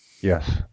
Yes